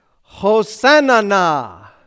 Hosanna